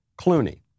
Clooney